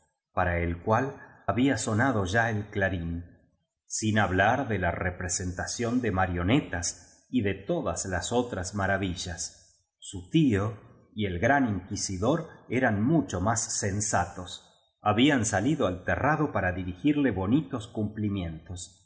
para el cual había sonado ya él clarín sin hablar de la representación de marionetas y de todas las otras maravillas su tío y el gran inquisidor eran mucho más sensatos habían salido al terrado para dirigirle bonitos cumplimientos